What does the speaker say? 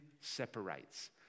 separates